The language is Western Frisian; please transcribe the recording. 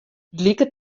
liket